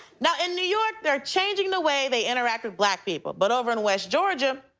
now in new york, they're changing the way they interact with black people, but over in west georgia,